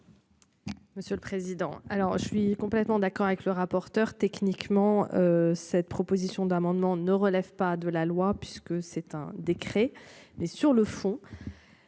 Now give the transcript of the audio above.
Monsieur le président. Alors je suis complètement d'accord avec le rapporteur techniquement. Cette proposition d'amendement ne relève pas de la loi puisque c'est un décret mais sur le fond.